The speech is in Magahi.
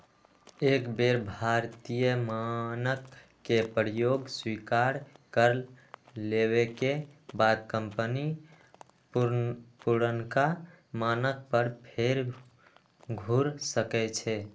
एक बेर भारतीय मानक के प्रयोग स्वीकार कर लेबेके बाद कंपनी पुरनका मानक पर फेर घुर सकै छै